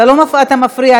אתה מפריע.